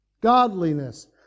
Godliness